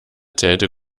täte